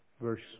Verse